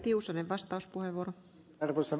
arvoisa rouva puhemies